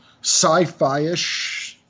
sci-fi-ish